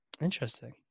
interesting